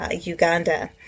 Uganda